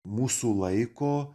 mūsų laiko